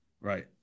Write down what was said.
Right